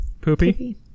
Poopy